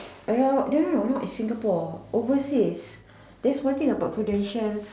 around no no no is Singapore overseas thats one thing about Prudential